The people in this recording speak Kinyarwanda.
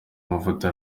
amavuta